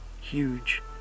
huge